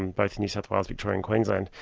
and both new south wales, victoria and queensland.